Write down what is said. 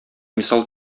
мисал